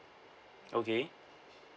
okay